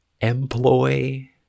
Employ